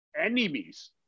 enemies